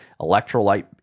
electrolyte